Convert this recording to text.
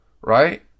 Right